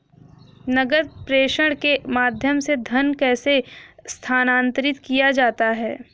नकद प्रेषण के माध्यम से धन कैसे स्थानांतरित किया जाता है?